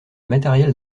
matériel